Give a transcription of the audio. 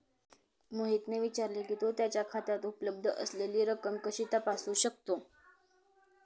मोहितने विचारले की, तो त्याच्या खात्यात उपलब्ध असलेली रक्कम कशी तपासू शकतो?